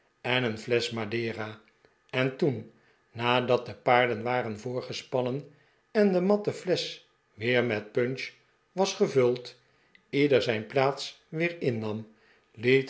en een flesch madera en toen nadat de paarden waren voorgespannen en de matten flesch weer met punch was gevuld ieder zijn plaats weer innam